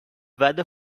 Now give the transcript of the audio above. weather